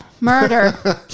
murder